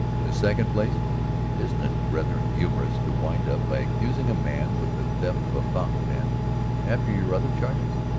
in the second place isn't it rather humorous to wind up by accusing a man with the theft of a fountain pen after your other charges?